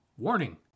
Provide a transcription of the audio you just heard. Warning